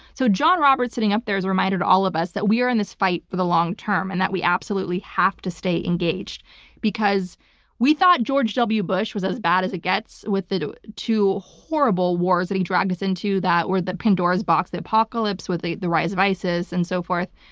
so john roberts sitting up there has reminded all of us that we are in this fight for the long term and that we absolutely have to stay engaged because we thought george w. bush was as bad as it gets with the two two horrible wars that he dragged us into that were the pandora's box, the apocalypse, with the the rise of isis and so forth,